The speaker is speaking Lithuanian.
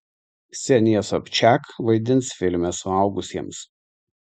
ksenija sobčak vaidins filme suaugusiems